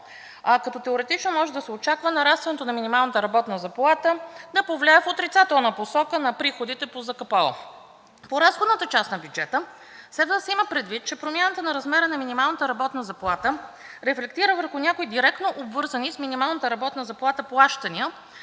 като теоретично може да се очаква нарастването на минималната работна заплата да повлияе в отрицателна посока на приходите по ЗКПО. По разходната част на бюджета следва да се има предвид, че промяната на размера на минималната работна заплата рефлектира върху някои директно обвързани с минималната работна заплата плащания,